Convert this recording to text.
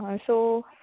हय सो